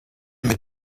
mit